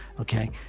Okay